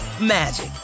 magic